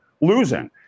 losing